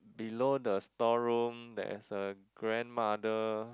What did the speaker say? below the store room there's a grandmother